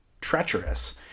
treacherous